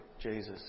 Jesus